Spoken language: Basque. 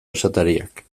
esatariak